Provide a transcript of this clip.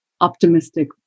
optimistic